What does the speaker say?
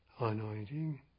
anointing